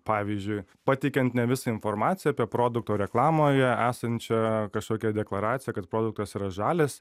pavyzdžiui pateikiant ne visą informaciją apie produkto reklamoje esančią kažkokią deklaraciją kad produktas yra žalias